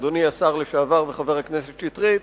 אדוני השר לשעבר וחבר הכנסת שטרית,